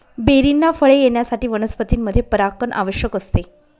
बेरींना फळे येण्यासाठी वनस्पतींमध्ये परागण आवश्यक असते